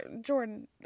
Jordan